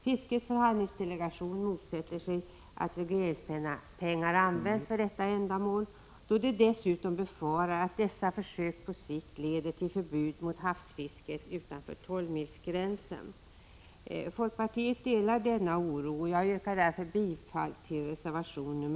Fiskets förhandlingsdelegation motsätter sig att regleringspengar används för detta ändamål, då det också befaras att dessa försök på sikt leder till förbud mot havsfisket utanför 12-milsgränsen. Folkpartiet delar denna oro, och jag yrkar därför bifall till reservation 1.